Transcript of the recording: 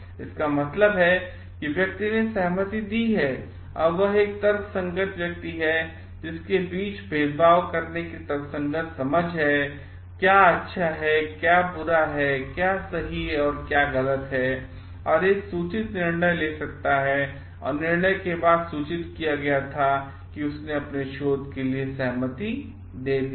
इसका मतलब है कि व्यक्ति ने सहमति दे दी है एक तर्कसंगत व्यक्ति है जिसके बीच भेदभाव करने की तर्कसंगत समझ है कि क्या अच्छा है क्या बुरा है क्या सही है और क्या गलत है औरएकसूचित निर्णय ले सकता है और निर्णय के बाद सूचित किया गया था उन्होंने अपनेशोध केलिए सहमति दी है